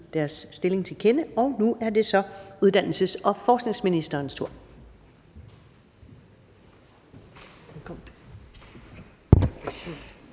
deres stilling tilkende, og nu er det så uddannelses- og forskningsministerens tur.